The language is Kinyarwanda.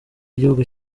igihugu